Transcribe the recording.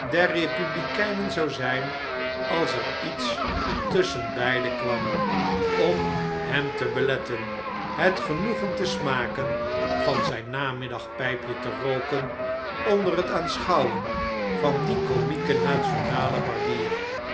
der republikeinen zou zyn als er lets tusschenbeiden kwam om hem te beletten het genoegen te smaken van zijn namiddagpjjpje te rooken onder het aanschouwen van dien komieken nationalen barbier